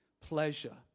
pleasure